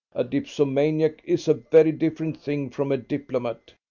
a dipsomaniac is a very different thing from a diplomat.